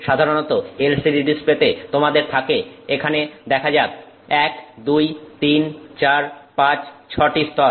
সাধারণত LCD ডিসপ্লেতে তোমাদের থাকে এখানে দেখা যাক 1 2 3 4 5 6 টি স্তর